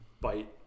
bite